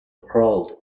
crawled